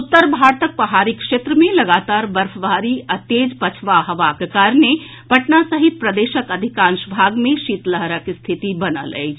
उत्तर भारतक पहाड़ी क्षेत्र मे लगातार बर्फबारी आ तेज पछवा हवाक कारणे पटना सहित प्रदेशक अधिकांश भाग मे शीतलहरक स्थिति बनल अछि